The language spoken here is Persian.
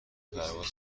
پرواز